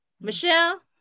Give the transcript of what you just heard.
Michelle